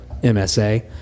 MSA